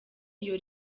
iyo